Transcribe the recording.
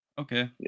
Okay